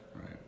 right